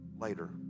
later